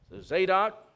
Zadok